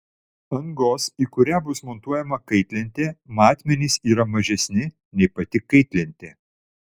angos į kurią bus montuojama kaitlentė matmenys yra mažesni nei pati kaitlentė